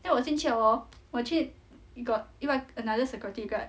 then 我进去了 hor 我去 got 另外一 another security guard